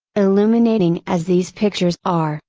illuminating as these pictures are,